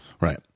right